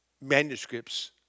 manuscripts